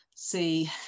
see